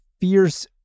fierce